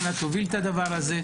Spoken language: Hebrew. המשרד יוביל את הדבר הזה,